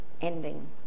ending